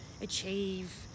achieve